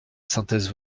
synthèse